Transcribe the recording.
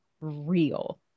real